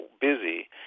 busy